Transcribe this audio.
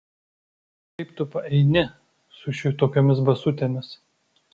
kaip tu paeini su šitokiomis basutėmis